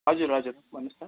हजुर हजुर भन्नुहोस् त